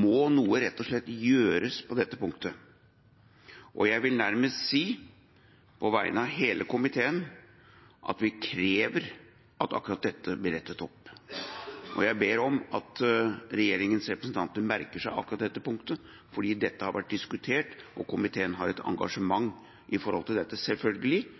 må noe rett og slett gjøres på dette punktet. Jeg vil nærmest si, på vegne av hele komiteen, at vi krever at akkurat dette blir rettet opp. Jeg ber om at regjeringas representanter merker seg akkurat dette punktet, for dette har vært diskutert, og komiteen har selvfølgelig et engasjement med tanke på dette,